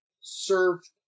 served